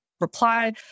reply